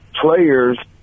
players